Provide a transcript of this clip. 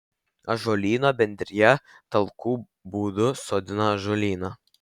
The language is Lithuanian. ąžuolyno bendrija talkų būdu sodina ąžuolyną